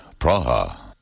Praha